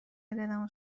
دلمو